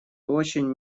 очень